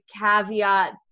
caveat